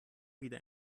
wieder